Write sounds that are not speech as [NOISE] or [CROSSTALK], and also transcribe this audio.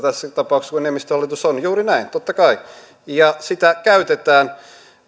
[UNINTELLIGIBLE] tässä tapauksessa kun enemmistöhallitus on juuri näin totta kai ja sitä käytetään